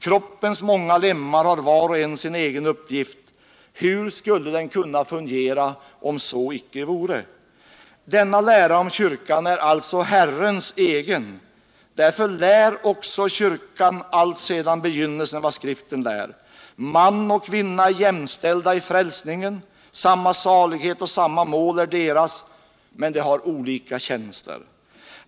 Kroppens många lemmar har var och en sin egen uppgift. Hur skulle den kunna fungera om så icke vore! Denna lära om kyrkan är alltså Herrens egen. Därför lär också kyrkan alltsedan begynnelsen vad Skriften lär. Man och kvinna är jämställda i frälsningen; samma salighet och samma mål är deras, men de har olika tjänster.